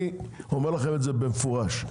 אני אומר לכם במפורש,